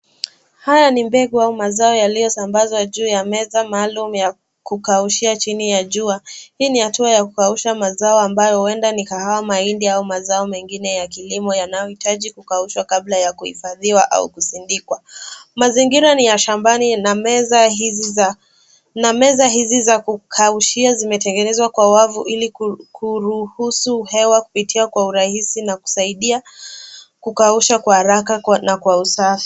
Haya ni mbegu au mazao yaliyosambazwa juu ya meza maalumu ya kukaushia chini ya jua. Hii ni hatua ya kukausha mazao ambayo huenda ni kahawa, mahindi au mazao mengine ya kilimo yanayohitaji kukaushwa kabla ya kuhifadhiwa au kusindikwa. Mazingira ni ya shambani na meza hizi za kukaushia zimetengenezwa kwa wavu ili kuruhusu hewa kupitia kwa urahisi na kusaidia kukausha kwa haraka na kwa usafi.